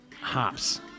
hops